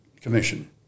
commission